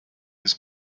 his